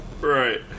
Right